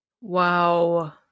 Wow